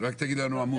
רק תגיד לנו עמוד.